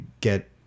get